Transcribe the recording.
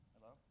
Hello